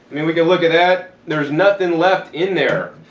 i mean we can look at that, there's nothing left in there.